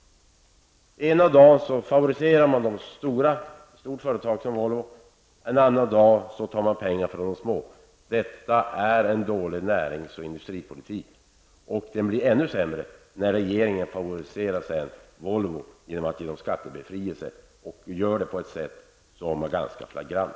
Ena dagen favoriserar man ett stort företag som Volvo, en annan dag tar man pengar från de små företagen. Det är en dålig närings och industripolitik, och den blir ännu sämre när regeringen sedan favoriserar Volvo genom att ge företaget skattebefrielse, och gör det på ett sätt som är ganska flagrant.